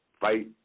fight